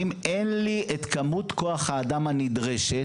אם אין לי את כמות כוח האדם הנדרשת,